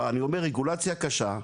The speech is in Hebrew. אני אומר רגולציה קשה,